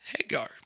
Hagar